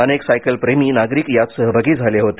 अनेक सायकलप्रेमी नागरिक यात सहभागी झाले होते